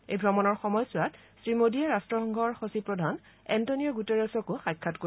এই ভ্ৰমণৰ সময়ছোৱাত শ্ৰীমোডীয়ে ৰট্টসংঘৰ সচিব প্ৰধান এণ্টনিঅ গুটেৰছকো সাক্ষাৎ কৰিব